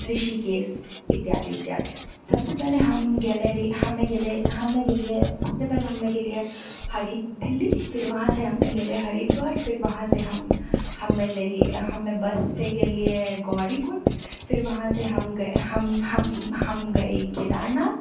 ऋषिकेश इत्यादि इत्यादि सबसँ पहले हम गेलै रहि हमे गेलै हम गेलिऐ सबसँ पहले हमे गेलिऐ हरि दिल्ली फिर वहाँसँ हमे गेलिऐ हरिद्वार फिर वहाँसँ हम हमे लेलिऐ हमे बससँ गेलिऐ गौरीकुण्ड फिर वहाँसँ हम गये हम हम गये केदारनाथ